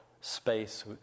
space